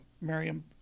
Miriam